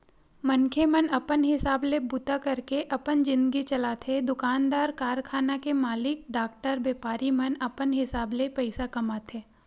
मनखे मन अपन हिसाब ले बूता करके अपन जिनगी चलाथे दुकानदार, कारखाना के मालिक, डॉक्टर, बेपारी मन अपन हिसाब ले पइसा कमाथे